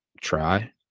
try